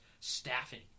staffing